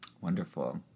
Wonderful